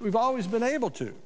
we've always been able to